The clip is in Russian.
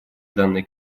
данной